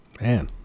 Man